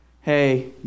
hey